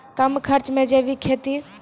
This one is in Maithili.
कम खर्च मे जैविक खेती?